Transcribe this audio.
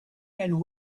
and